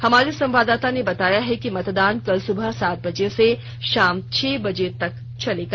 हमारे संवाददाता ने बताया है कि मतदान कल सुबह सात बजे से शाम छह बजे तक चलेगा